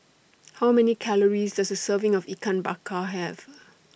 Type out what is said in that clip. How Many Calories Does A Serving of Ikan Bakar Have